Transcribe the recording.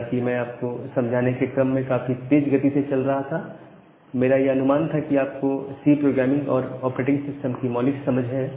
हालांकि मैं आप को समझाने के क्रम में काफी तेज गति से चल रहा था मेरा यह अनुमान था कि आपको सी प्रोग्रामिंग और ऑपरेटिंग सिस्टम की मौलिक समझ है